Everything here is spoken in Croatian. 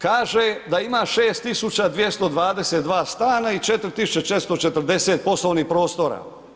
Kaže da ima 6 222 stana i 4 440 poslovnih prostora.